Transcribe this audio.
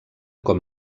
com